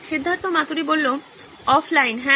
Siddharth Maturi offline হ্যাঁ